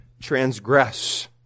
transgress